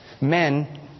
men